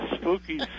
spooky